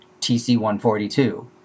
TC142